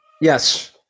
Yes